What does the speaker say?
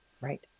Right